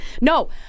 No